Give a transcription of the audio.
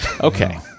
Okay